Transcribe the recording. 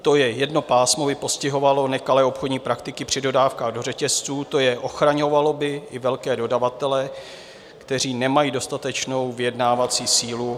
To jest jedno pásmo by postihovalo nekalé obchodní praktiky při dodávkách do řetězců, to jest ochraňovalo by i velké dodavatele, kteří nemají dostatečnou vyjednávací sílu...